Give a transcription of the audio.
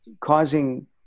causing